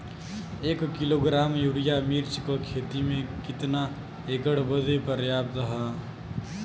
एक kilogram urea मिर्च क खेती में कितना एकड़ बदे पर्याप्त ह?